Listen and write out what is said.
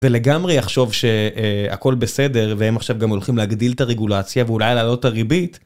ולגמרי יחשוב שהכל בסדר והם עכשיו גם הולכים להגדיל את הרגולציה ואולי להעלות את הריבית.